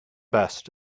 best